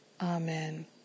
Amen